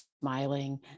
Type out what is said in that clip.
smiling